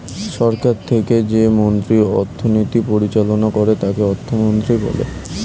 সরকার থেকে যে মন্ত্রী অর্থনীতি পরিচালনা করে তাকে অর্থমন্ত্রী বলে